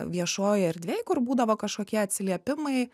viešojoj erdvėj kur būdavo kažkokie atsiliepimai